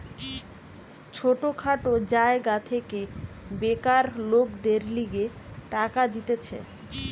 ছোট খাটো জায়গা থেকে বেকার লোকদের লিগে টাকা দিতেছে